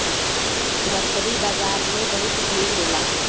मछरी बाजार में बहुत भीड़ होला